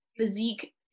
Physique